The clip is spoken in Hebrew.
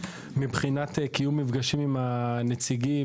מבחינת קיום מפגשים עם הנציגים,